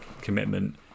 commitment